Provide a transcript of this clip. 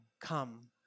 Come